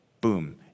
Boom